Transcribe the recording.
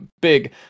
big